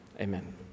Amen